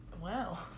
Wow